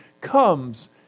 comes